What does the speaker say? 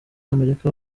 amerika